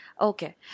okay